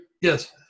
Yes